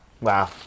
Wow